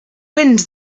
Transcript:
wind